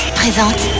présente